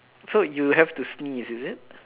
so you have to sneeze is it